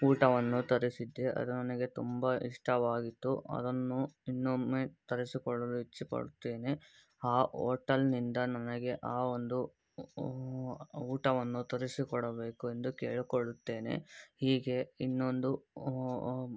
ಊಟವನ್ನು ತರಿಸಿದ್ದೆ ಅದು ನನಗೆ ತುಂಬಾ ಇಷ್ಟವಾಗಿತ್ತು ಅದನ್ನು ಇನ್ನೊಮ್ಮೆ ತರಿಸಿಕೊಳ್ಳಲು ಇಚ್ಛೆಪಡುತ್ತೇನೆ ಆ ಹೋಟಲ್ನಿಂದ ನನಗೆ ಆ ಒಂದು ಊಟವನ್ನು ತರಿಸಿಕೊಡಬೇಕು ಎಂದು ಕೇಳಿಕೊಳ್ಳುತ್ತೇನೆ ಹೀಗೆ ಇನ್ನೊಂದು